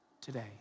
today